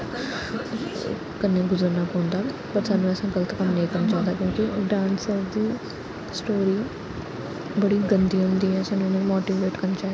कन्नै गुजरना पौंदा बट साह्नू ऐसा गलत कम्म नेईं करना चाहिदा क्यूंकि डांसर दी स्टोरी बड़ी गन्दी होंदी ऐ साह्नू उ'नें गी मोटीवेट करना चाही